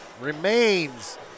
remains